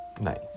Nice